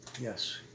Yes